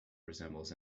resembles